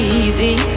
easy